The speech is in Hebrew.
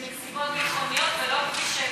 אז זה מסיבות ביטחוניות ולא כפי שפורסם?